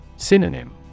Synonym